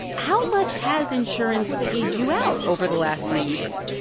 how much has insurance paid you out over the last three years?